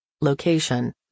Location